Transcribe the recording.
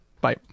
Bye